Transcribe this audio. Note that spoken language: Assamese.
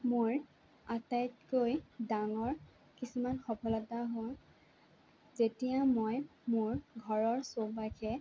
মোৰ আটাইতকৈ ডাঙৰ কিছুমান সফলতা হ'ল যেতিয়া মই মোৰ ঘৰৰ চৌপাশে